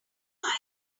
could